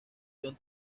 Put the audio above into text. john